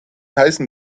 heißen